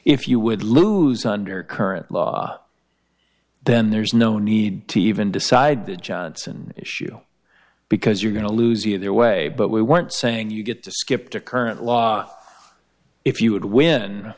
if you would lose under current law then there's no need to even decide that johnson issue because you're going to lose either way but we weren't saying you get to skip the current law if you would win